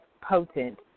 potent